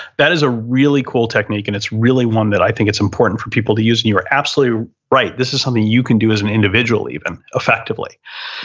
that is a really cool technique and it's really one that i think it's important for people to use. and you're absolutely right. this is something you can do as an individually but and effectively.